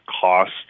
cost